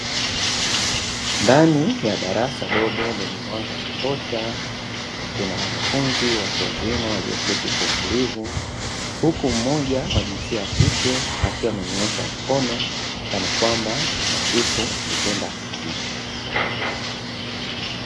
Ndani ya darasa dogo lenye mwanga wa kutosha kuna wanafunzi watu wazima walioketi kwa utulivu, huku mmoja wa jinsia ya kike akiwa amenyoosha mkono kanakwamba kuna kitu angependa kuuliza.